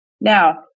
Now